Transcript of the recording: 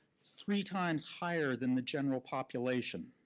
three times higher than the general population.